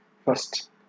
first